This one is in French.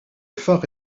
phare